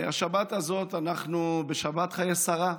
השבת הזאת אנחנו בשבת חיי שרה.